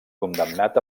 condemnat